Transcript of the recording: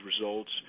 results